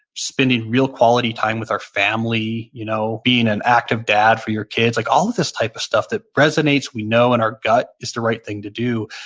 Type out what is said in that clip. spending real quality time with our family, you know being an active dad for your kids, like all of this type of stuff that resonates. we know in our gut it's the right thing to do.